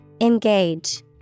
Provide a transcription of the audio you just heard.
Engage